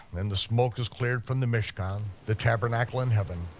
and the smoke is cleared from the mishkan, the tabernacle in heaven,